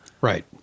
Right